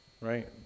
Right